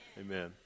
Amen